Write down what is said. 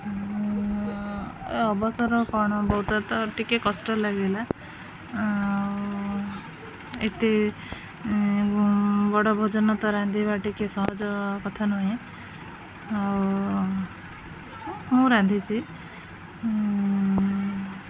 ମୁଁ ଅବସର କ'ଣ ବହୁତର ତ ଟିକିଏ କଷ୍ଟ ଲାଗିଲା ଆଉ ଏତେ ବଡ଼ ଭୋଜନ ତ ରାନ୍ଧିବା ଟିକିଏ ସହଜ କଥା ନୁହେଁ ଆଉ ମୁଁ ରାନ୍ଧିଛି